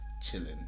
chilling